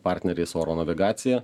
partneriais oro navigacija